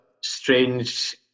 strange